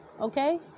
okay